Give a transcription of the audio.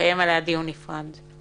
נקיים עליה דיון נפרד.